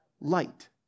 light